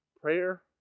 prayer